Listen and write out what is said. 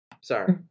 Sorry